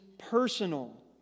personal